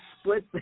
split